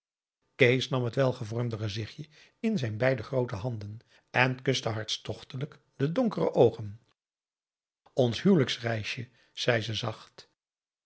kees nam het welgevormd gezichtje in zijn beide groote handen en kuste hartstochtelijk de donkere oogen ons huwelijksreisje zei hij zacht